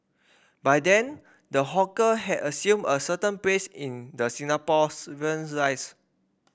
by then the hawker had assumed a certain place in the Singaporean's